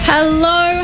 Hello